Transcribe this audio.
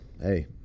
hey